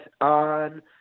on